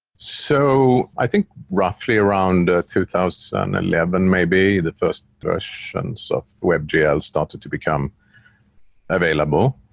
so i think roughly around two thousand and eleven maybe, the first versions of webgl started to become available.